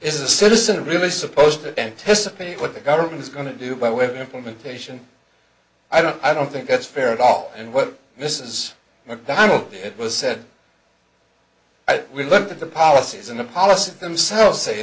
is a citizen really supposed to anticipate what the government is going to do but with implementation i don't i don't think that's fair at all and what mrs macdonald it was said we looked at the policies and the policies themselves say